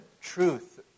truth